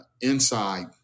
inside